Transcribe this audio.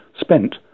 spent